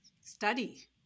study